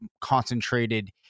concentrated